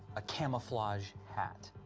a camouflage hat.